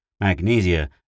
Magnesia